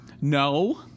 No